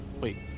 Wait